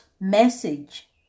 message